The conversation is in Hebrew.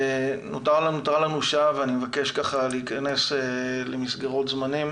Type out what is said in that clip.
נותרה לנו שעה ואני מבקש להיכנס למסגרות זמנים